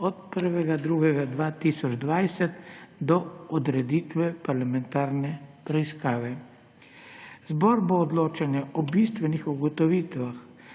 od 1. 2. 2020 do odreditve parlamentarne preiskave. Zbor bo odločanje o bistvenih ugotovitvah